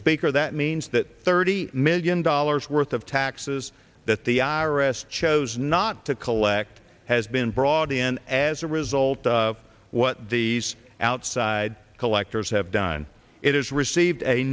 speaker that means that thirty million dollars worth of taxes that the i r s chose not to collect has been brought in as a result of what these outside collectors have done it has received a